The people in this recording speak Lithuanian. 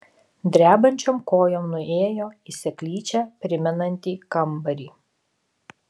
drebančiom kojom nuėjo į seklyčią primenantį kambarį